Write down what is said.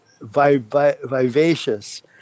vivacious